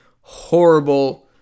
horrible